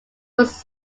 was